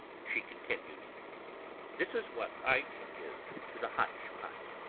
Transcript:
she continued this is what i can give into the hotch-pot.